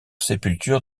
sépulture